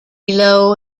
below